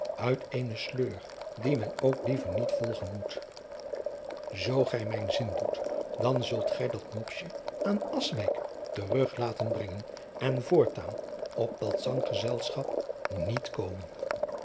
uit eene sleur die men ook liever niet volgen moet zoo gij mijn zin doet dan zult gij dat mopsje aan akswijk terug laten brengen en voortaan op dat zanggezelschap niet komen